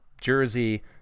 jersey